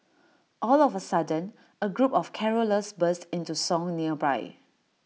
all of A sudden A group of carollers burst into song nearby